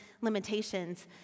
limitations